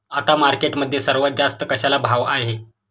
आता मार्केटमध्ये सर्वात जास्त कशाला भाव आहे?